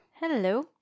Hello